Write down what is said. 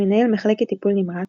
מנהל מחלקת טיפול נמרץ,